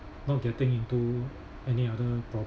not getting into any other problem